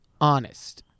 honest